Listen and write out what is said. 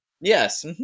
Yes